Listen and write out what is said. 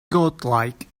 godlike